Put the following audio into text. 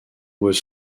was